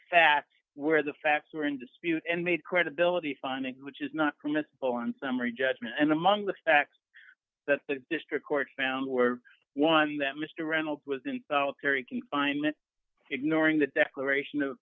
fact where the facts were in dispute and made credibility funding which is not permissible on summary judgment and among the facts that the district court found were one that mr reynolds was in very confinement ignoring the declaration